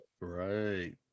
Right